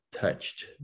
touched